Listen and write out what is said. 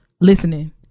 listening